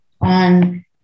on